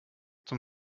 zum